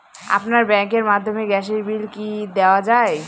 আপনার ব্যাংকের মাধ্যমে গ্যাসের বিল কি দেওয়া য়ায়?